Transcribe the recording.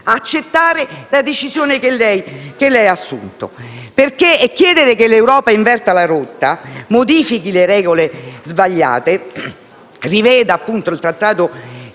accettare la decisione che lei ha assunto. Chiedere che l'Europa inverta la rotta, modifichi le regole sbagliate, riveda il Trattato